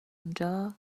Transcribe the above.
اونجا